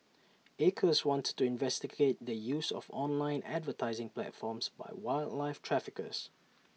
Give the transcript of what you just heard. acres wanted to investigate the use of online advertising platforms by wildlife traffickers